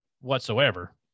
whatsoever